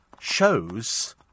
shows